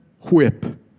whip